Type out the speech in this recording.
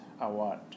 award